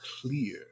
clear